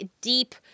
deep